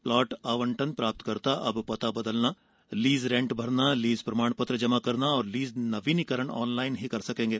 plot आवंटन प्राप्तकर्ता अब पता बदलना लीज रेंट भरना लीज प्रमाण पत्र जमा करना और लीज नवीनीकरण ऑनलाइन ही कर सकेंगे